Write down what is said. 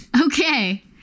okay